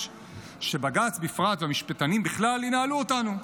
שבג"ץ בפרט והמשפטנים בכלל ינהלו אותנו.